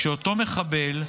כשאותו מחבל,